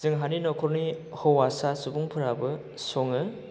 जोंहानि नख'रनि हौवासा सुबुंफोराबो सङो